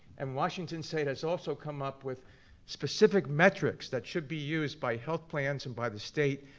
and washington state has also come up with specific metrics that should be used by health plans and by the state.